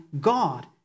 God